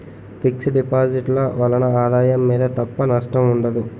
fix deposit ల వలన ఆదాయం మీద తప్ప నష్టం ఉండదు